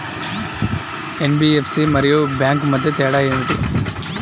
NBFC మరియు bank మధ్య తేడా ఏమిటీ?